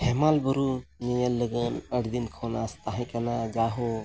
ᱦᱮᱢᱟᱞ ᱵᱩᱨᱩ ᱧᱮᱧᱮᱞ ᱞᱟᱹᱜᱤᱫ ᱟᱹᱰᱤ ᱫᱤᱱ ᱠᱷᱚᱱ ᱟᱸᱥ ᱛᱟᱦᱮᱸ ᱠᱟᱱᱟ ᱡᱟᱦᱳ